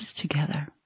together